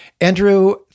Andrew